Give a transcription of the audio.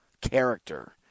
character